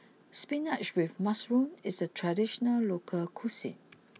spinach with Mushroom is a traditional local cuisine